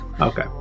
Okay